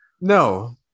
No